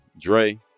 Dre